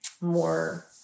more